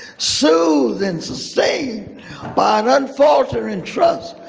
soothed and sustained by an unfaltering trust,